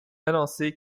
annoncé